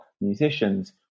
musicians